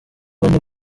bane